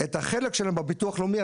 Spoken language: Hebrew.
את החלק שלהם בביטוח לאומי,